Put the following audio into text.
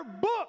book